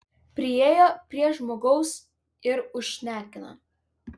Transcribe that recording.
priėjo prie žmogaus ir užšnekino